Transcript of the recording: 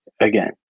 again